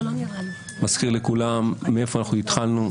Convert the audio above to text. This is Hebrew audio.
אני מזכיר לכולם מאיפה התחלנו.